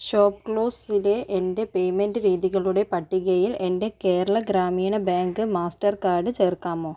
ഷോപ്പ്ക്ലൂസിലെ എൻ്റെ പേയ്മെൻറ്റ് രീതികളുടെ പട്ടികയിൽ എൻ്റെ കേരള ഗ്രാമീണ ബാങ്ക് മാസ്റ്റർകാർഡ് ചേർക്കാമോ